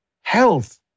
health